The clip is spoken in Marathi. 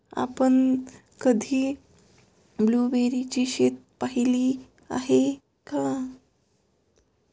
आपण कधी ब्लुबेरीची शेतं पाहीली आहेत काय?